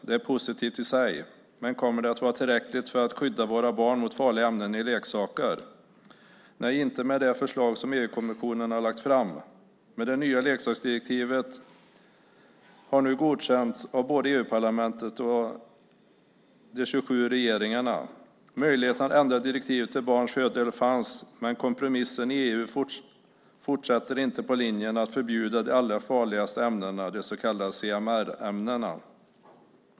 Det är positivt i sig, men kommer det att vara tillräckligt för att skydda våra barn mot farliga ämnen i leksaker? Nej, inte med det förslag som EU-kommissionen har lagt fram. Men det nya leksaksdirektivet har nu godkänts av både EU-parlamentet och de 27 regeringarna. Möjlighet att ändra direktivet till barnens fördel fanns, men kompromissen i EU gör att man inte fortsätter på linjen att förbjuda de allra farligaste ämnena, de så kallade CMR-ämnena.